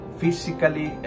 physically